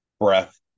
breath